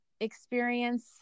experience